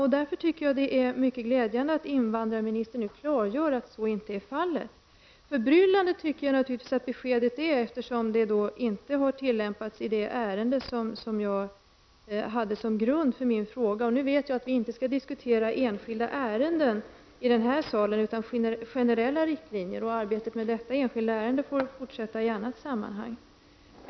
Därför tycker jag att det mycket glädjande att invandrarministern nu klargör att så inte är fallet. Jag tycker att beskedet är förbryllande, eftersom denna praxis inte har tilllämpats i det ärende som jag hade som grund för min fråga. Jag vet att vi inte skall diskutera enskilda ärenden i denna sal utan generella riktlinjer. Arbetet med detta enskilda ärende får då fortsätta i annat sammanhang.